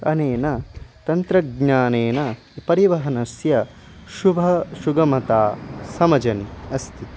अनेन तन्त्रज्ञानेन परिवहनस्य शुभं सुगमता समजनि अस्ति